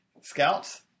Scouts –